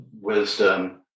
wisdom